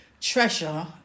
Treasure